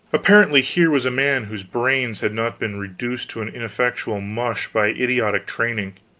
apparently here was a man whose brains had not been reduced to an ineffectual mush by idiotic training.